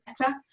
better